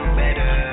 better